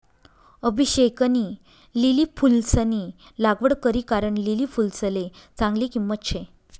अभिषेकनी लिली फुलंसनी लागवड करी कारण लिली फुलसले चांगली किंमत शे